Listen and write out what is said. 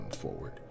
forward